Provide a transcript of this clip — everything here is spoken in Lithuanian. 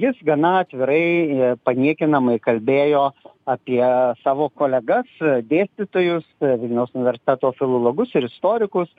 jis gana atvirai paniekinamai kalbėjo apie savo kolegas dėstytojus vilniaus universiteto filologus ir istorikus